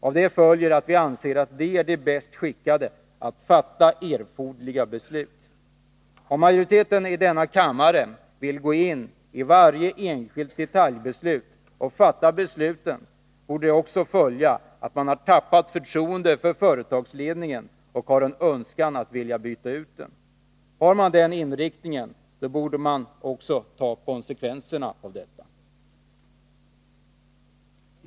Av det följer att vi anser att de är de bäst skickade att fatta erforderliga beslut. Om majoriteten i denna kammare vill gå in i varje enskilt detaljärende och fatta besluten, borde det också vara ett tecken på att man har tappat förtroendet för företagsledningen och har en önskan att vilja byta ut den. Har man den inställningen borde man ta konsekvenserna.